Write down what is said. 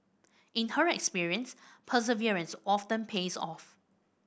in her experience perseverance often pays off